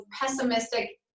pessimistic